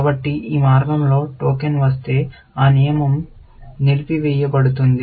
కాబట్టి ఈ మార్గంలో టోకెన్ వస్తే ఆ నియమం నిలిపివేయబడుతుంది